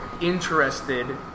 interested